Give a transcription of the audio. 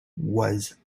was